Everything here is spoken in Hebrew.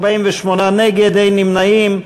48 נגד, אין נמנעים.